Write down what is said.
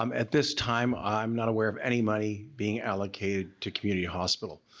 um at this time i'm not aware of any money being allocated to community hospital.